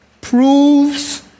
proves